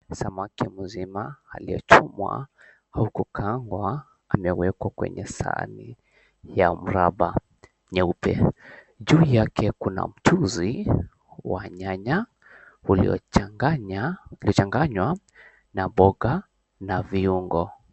Samaki mzima aliyechomwa au kukaangwa amewekwa kwenye sahani ya mraba nyeupe, juu yake kuna mchuzi wa nyanya uliochanganywa na mboga na viungo.